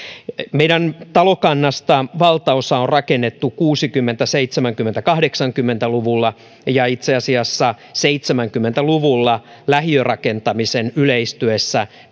meidän talokannastamme valtaosa on rakennettu kuusikymmentä seitsemänkymmentä ja kahdeksankymmentä luvulla ja itse asiassa seitsemänkymmentä luvulla lähiörakentamisen yleistyessä